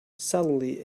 suddenly